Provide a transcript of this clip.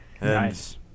Nice